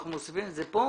אנחנו מוסיפים את זה כאן